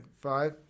five